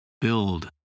build